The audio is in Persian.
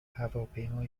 هواپیما